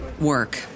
work